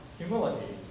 humility